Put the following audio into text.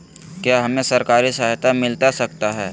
क्या हमे सरकारी सहायता मिलता सकता है?